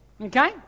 Okay